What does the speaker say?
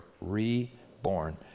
reborn